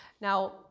Now